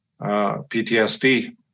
PTSD